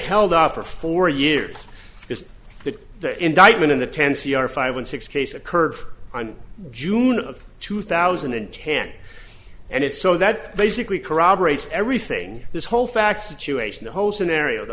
held up for four years is that the indictment in the tennessee are five and six case occurred on june of two thousand and ten and it's so that basically corroborates everything this whole fact situation the whole scenario the